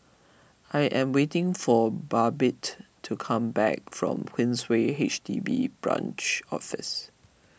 I am waiting for Babette to come back from Queensway H D B Branch Office